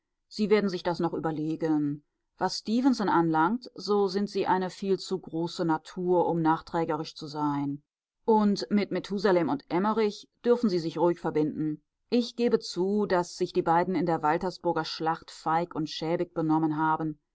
sie werden sich das noch überlegen was stefenson anlangt so sind sie eine viel zu große natur um nachträgerisch zu sein und mit methusalem und emmerich dürfen sie sich ruhig verbinden ich gebe zu daß sich die beiden in der waltersburger schlacht feig und schäbig benommen haben